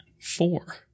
Four